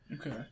Okay